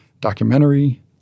documentary